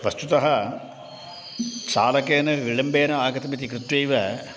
वस्तुतः चालकेन विलम्बेन आगतमिति कृत्वैव